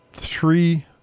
three